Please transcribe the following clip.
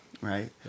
Right